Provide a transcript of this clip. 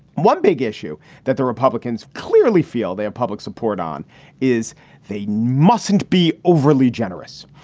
one big issue that the republicans clearly feel they have public support on is they mustn't be overly generous.